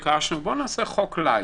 נעשה חוק לייט.